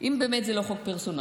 אם זה באמת לא חוק פרסונלי,